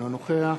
אינו נוכח